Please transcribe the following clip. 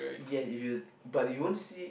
yes if you but you won't see